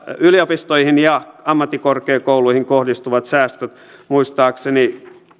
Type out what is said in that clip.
yliopistoihin ja ammattikorkeakouluihin kohdistuvat säästöt muistaakseni